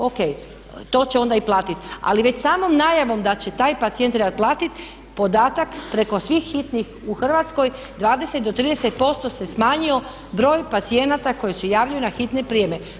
O.k., to će onda i platit ali već samom najavom da će taj pacijent trebati platit, podatak preko svih hitnih u Hrvatskoj, 20-30% se smanjio broj pacijenata koji se javljaju na hitne prijeme.